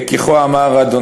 "כי כה אמר ה',